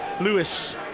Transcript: Lewis